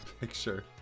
picture